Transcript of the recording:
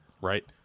Right